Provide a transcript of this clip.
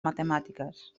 matemàtiques